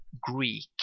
Greek